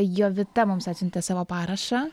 jovita mums atsiuntė savo parašą